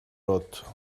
rot